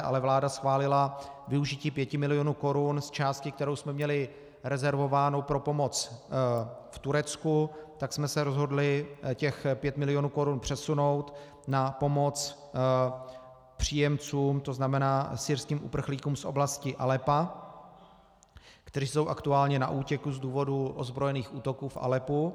Ale vláda schválila využití pěti milionů korun z části, kterou jsme měli rezervovánu pro pomoc v Turecku, tak jsme se rozhodli těch pět milionů korun přesunout na pomoc příjemcům, tzn. syrským uprchlíkům z oblasti Aleppa, kteří jsou aktuálně na útěku z důvodu ozbrojených útoků v Aleppu.